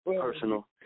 personal